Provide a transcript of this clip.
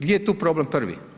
Gdje je tu problem prvi?